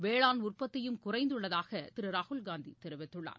வேளாண் உற்பத்தியும் குறைந்துள்ளதாக திரு ராகுல்காந்தி தெரிவித்துள்ளார்